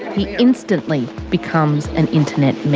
he instantly becomes an internet meme.